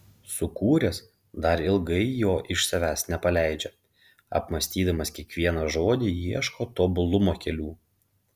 sukūręs dar ilgai jo iš savęs nepaleidžia apmąstydamas kiekvieną žodį ieško tobulumo kelių